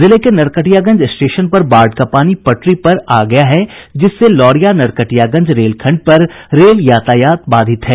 जिले के नरकटियागंज स्टेशन पर बाढ़ का पानी पटरी पर आ गया है जिससे लौरिया नरकटियागंज रेलखंड पर रेल यातायात बाधित है